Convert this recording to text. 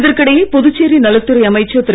இதற்கிடையே புதுச்சேரி நலத்துறை அமைச்சர் திரு